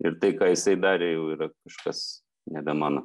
ir tai ką jisai darė jau yra kažkas nebe mano